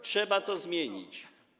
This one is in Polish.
Trzeba to zmienić.